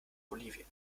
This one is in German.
bolivien